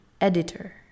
editor